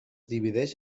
divideix